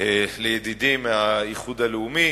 לידידי מהאיחוד הלאומי